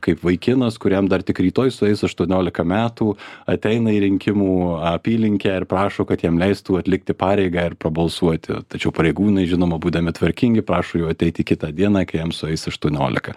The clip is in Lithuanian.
kaip vaikinas kuriam dar tik rytoj sueis aštuoniolika metų ateina į rinkimų apylinkę ir prašo kad jam leistų atlikti pareigą ir prabalsuoti tačiau pareigūnai žinoma būdami tvarkingi prašo jo ateiti kitą dieną kai jam sueis aštuoniolika